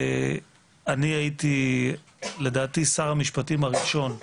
לדעתי, אני הייתי שר המשפטים הראשון,